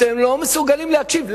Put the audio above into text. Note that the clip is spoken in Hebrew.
אתם לא מסוגלים להקשיב.